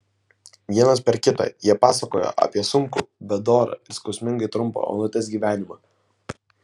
vienas per kitą jie pasakojo apie sunkų bet dorą ir skausmingai trumpą onutės gyvenimą